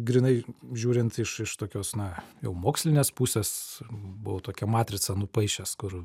grynai žiūrint iš iš tokios na jau mokslinės pusės buvau tokią matricą nupaišęs kur